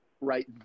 right